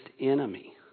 enemy